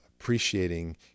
appreciating